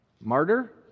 Martyr